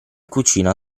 cucina